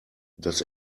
das